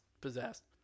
possessed